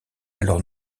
alors